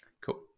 Cool